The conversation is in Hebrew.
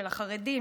של החרדים,